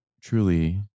truly